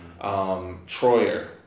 Troyer